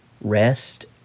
Rest